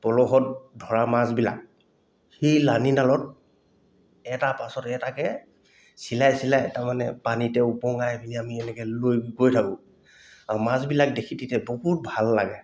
পলহত ধৰা মাছবিলাক সেই লানিডালত এটাৰ পাছত এটাকে চিলাই চিলাই তাৰমানে পানীতে উপঙাই পিনি আমি এনেকৈ লৈ গৈ থাকোঁ আৰু মাছবিলাক দেখি তেতিয়া বহুত ভাল লাগে